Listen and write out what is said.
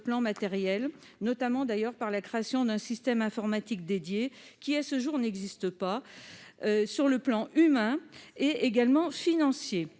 plan matériel, notamment par la création d'un système informatique dédié qui, à ce jour, n'existe pas, que sur les plans humain et financier.